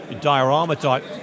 diorama-type